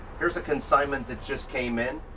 here's a consignment that just came in.